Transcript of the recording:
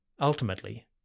Ultimately